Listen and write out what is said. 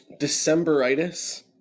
Decemberitis